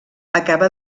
acaba